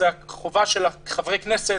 זו החובה שלנו כחברי כנסת,